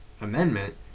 Amendment